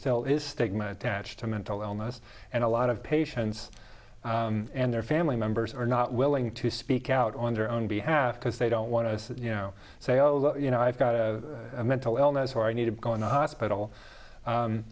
still is stigma attached to mental illness and a lot of patients and their family members are not willing to speak out on their own behalf because they don't want to you know say oh look you know i've got a mental illness or i need to go in the hospital